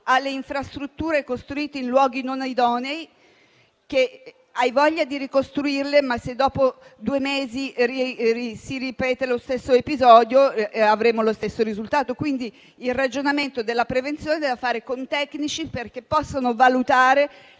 alle infrastrutture costruite in luoghi non idonei, che hai voglia di ricostruirle, ma, se dopo due mesi si ripete lo stesso episodio, avremo lo stesso risultato. Quindi il ragionamento della prevenzione dobbiamo farlo con i tecnici, perché possano valutare